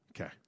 Okay